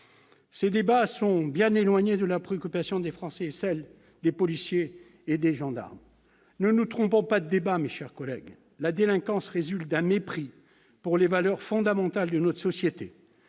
Ces débats sont bien éloignés de la préoccupation des Français et de celles des policiers et des gendarmes. Ne nous trompons pas de débat, mes chers collègues, la délinquance résulte d'un mépris pour les valeurs fondamentales de notre société.